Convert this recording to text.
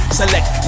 select